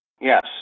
Yes